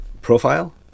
profile